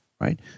right